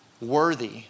worthy